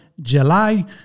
JULY